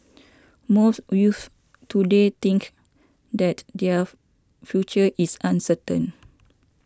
most youths to day think that their future is uncertain